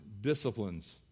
disciplines